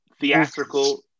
theatrical